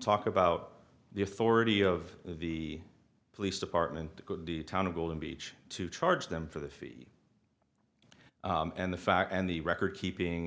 talk about the authority of the police department the town of golden beach to charge them for the fee and the fact and the record keeping